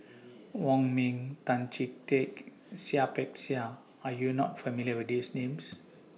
Wong Ming Tan Chee Teck and Seah Peck Seah Are YOU not familiar with These Names